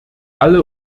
alle